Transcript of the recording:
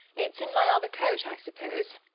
it's in my other coat, i suppose,